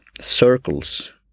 circles